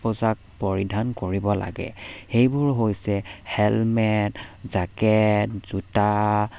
পোচাক পৰিধান কৰিব লাগে সেইবোৰ হৈছে হেলমেট জেকেট জোতা